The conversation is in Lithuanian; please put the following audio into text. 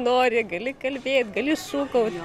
nori gali kalbėt gali šūkaut